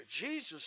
Jesus